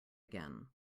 again